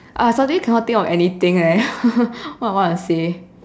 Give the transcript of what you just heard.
uh I suddenly can not think of anything leh what I want to say